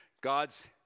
God's